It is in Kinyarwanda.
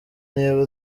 niba